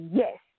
yes